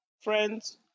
friends